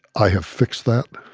i have fixed that.